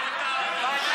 החוק עבר, לא להתבכיין.